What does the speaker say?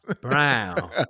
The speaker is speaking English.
Brown